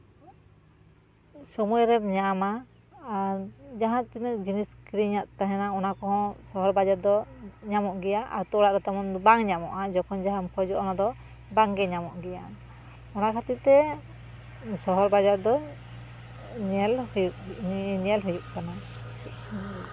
ᱥᱚᱢᱚᱭ ᱨᱮᱢ ᱧᱟᱢᱟ ᱟᱨ ᱡᱟᱦᱟᱸ ᱛᱤᱱᱟᱹᱜ ᱡᱤᱱᱤᱥ ᱠᱤᱨᱤᱧᱟᱜ ᱛᱟᱦᱮᱱᱟ ᱚᱱᱟ ᱠᱚᱦᱚᱸ ᱥᱚᱦᱚᱨ ᱵᱟᱡᱟᱨ ᱨᱮᱫᱚ ᱧᱟᱢᱚᱜ ᱜᱮᱭᱟ ᱟᱛᱳ ᱚᱲᱟᱜ ᱨᱮ ᱛᱮᱢᱚᱱ ᱵᱟᱝ ᱧᱟᱢᱚᱜᱼᱟ ᱡᱚᱠᱷᱚᱱ ᱡᱟᱦᱟᱸᱢ ᱠᱷᱚᱡᱚᱜᱼᱟ ᱚᱱᱟ ᱫᱚ ᱵᱟᱝᱜᱮ ᱧᱟᱢᱚᱜ ᱜᱮᱭᱟ ᱚᱱᱟ ᱠᱷᱟᱹᱛᱤᱨ ᱛᱮ ᱥᱚᱦᱚᱨ ᱵᱟᱡᱟᱨ ᱫᱚ ᱧᱮᱞ ᱦᱩᱭᱩᱜ ᱧᱮᱞ ᱦᱩᱭᱩᱜ ᱠᱟᱱᱟ